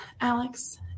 Alex